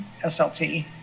SLT